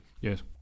yes